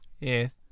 Yes